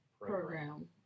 Program